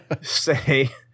say